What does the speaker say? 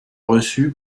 reçu